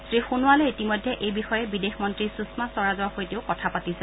শ্ৰী সোণোৱালে ইতিমধ্যে এই বিষয়ে বিদেশ মন্তী সুষমা স্বৰাজৰ সৈতেও কথা পাতিছে